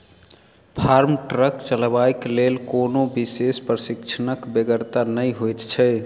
farm truck चलयबाक लेल कोनो विशेष प्रशिक्षणक बेगरता नै होइत छै